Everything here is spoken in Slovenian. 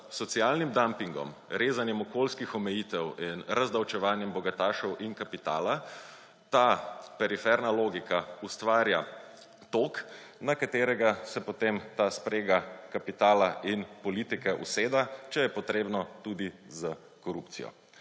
socialnim dampingom, rezanjem okoljskih omejitev in razdavčevanjem bogatašev in kapitala ta periferna logika ustvarja tok, na katerega se potem ta sprega kapitala in politike usede, če je potrebno tudi s korupcijo,